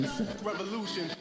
Revolution